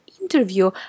interview